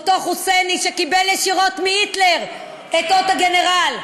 אותו חוסייני שקיבל ישירות מהיטלר את אות הגנרל,